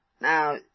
Now